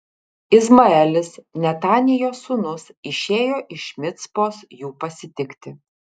izmaelis netanijo sūnus išėjo iš micpos jų pasitikti